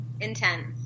intense